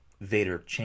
Vader